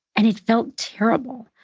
and it felt terrible.